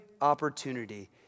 opportunity